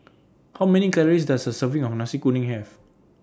How Many Calories Does A Serving of Nasi Kuning Have